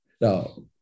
now